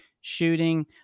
shooting